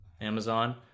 Amazon